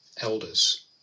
elders